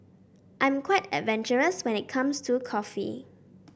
I'm quite adventurous when it comes to coffee